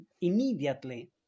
immediately